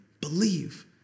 believe